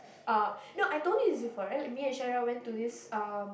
uh no I told you it is for early emission when to this uh